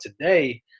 today